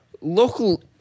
local